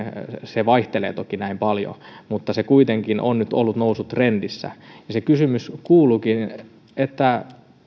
se vaihtelee toki näin paljon mutta se kuitenkin on nyt ollut nousutrendissä ja se kysymys kuuluukin